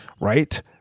right